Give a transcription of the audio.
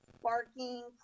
barking